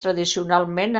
tradicionalment